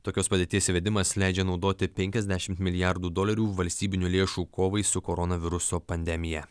tokios padėties įvedimas leidžia naudoti penkiasdešimt milijardų dolerių valstybinių lėšų kovai su koronaviruso pandemija